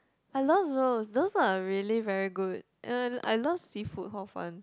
I love those those are really very good and I love seafood hor fun